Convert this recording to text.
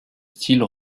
style